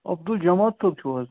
عبد الجمال صٲب چھُو حظ